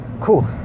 cool